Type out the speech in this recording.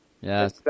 Yes